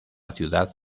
ciudad